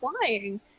flying